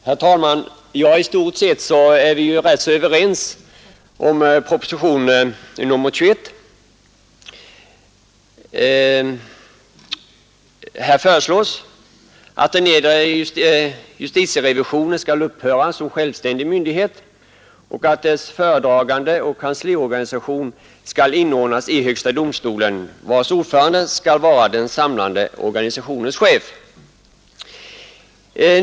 Herr talman! I stort sett är vi överens om propositionen 21. Här föreslås att nedre justitierevisionen skall upphöra som självständig myndighet och att dess föredragande och kansliorganisation skall inordnas i högsta domstolen, vars ordförande skall vara den samlade organisationens chef.